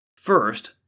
First